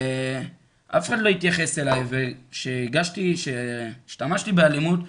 אף אחד לא התייחס אלי וכשהשתמשתי באלימות,